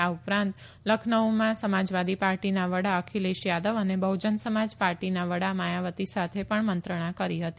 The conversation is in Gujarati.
આ ઉપરાંત લખનઉમાં સમાજવાદી પાર્ટીના વડા અખિલેશ યાદવ અને બહુજન સમાજ પાર્ટીના માયાવતી સાથે પણ મંત્રણા કરી હતી